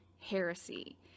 heresy